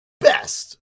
best